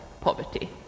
poverty